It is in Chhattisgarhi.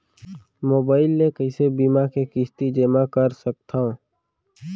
मोबाइल ले कइसे बीमा के किस्ती जेमा कर सकथव?